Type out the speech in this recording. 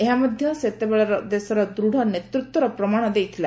ଏହା ମଧ୍ୟ ସେତେବେଳେ ଦେଶର ଦୃଢ଼ ନେତୃତ୍ୱର ପ୍ରମାଣ ଦେଇଥିଲା